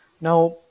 now